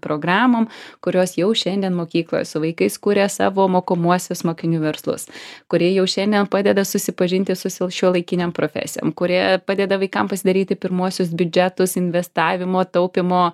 programom kurios jau šiandien mokykloj su vaikais kuria savo mokomuosius mokinių verslus kurie jau šiandien padeda susipažinti su šiuolaikinėm profesijom kurie padeda vaikam pasidaryti pirmuosius biudžetus investavimo taupymo